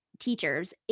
teachers